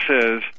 says